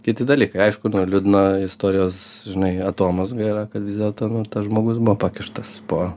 kiti dalykai aišku nu liūdna istorijos žinai atomazga yra kad vis dėlto nu tas žmogus buvo pakištas po